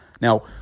Now